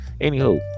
anywho